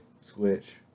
switch